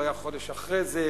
הוא היה חודש אחרי זה.